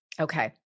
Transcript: Okay